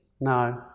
No